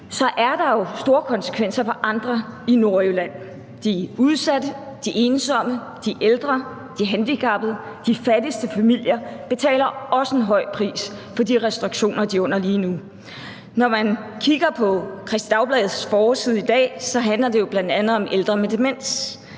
Der er jo også store konsekvenser for andre i Nordjylland: de udsatte, de ensomme, de ældre, de handicappede, de fattigste familier – de betaler også en høj pris for de restriktioner, de er under lige nu. Når man kigger på Kristeligt Dagblads forside i dag, handler det jo bl.a. om ældre med demens.